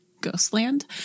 Ghostland